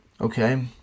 okay